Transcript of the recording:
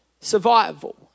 survival